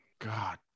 God